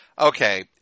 okay